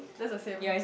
that's the same